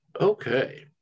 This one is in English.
Okay